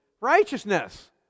righteousness